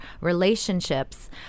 relationships